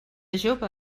jove